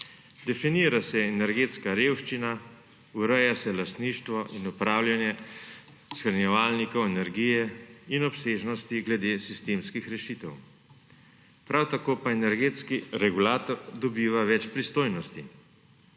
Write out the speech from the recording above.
Definira se energetska revščina, ureja se lastništvo in upravljanje shranjevalnikov energije in obsežnosti glede sistemskih rešitev. Prav tako pa energetski regulator dobiva več pristojnosti.